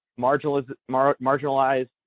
marginalized